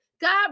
god